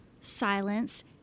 silence